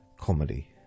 comedy